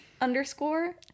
underscore